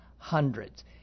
hundreds